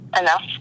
enough